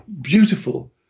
beautiful